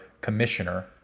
commissioner